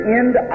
end